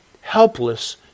helpless